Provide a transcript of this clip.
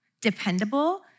dependable